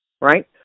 right